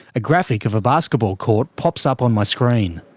a graphic of a basketball court pops up on my screen.